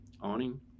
awning